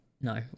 no